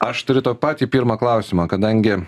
aš turiu tau patį pirmą klausimą kadangi